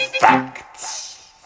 facts